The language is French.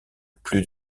plus